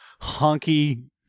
Honky